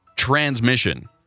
transmission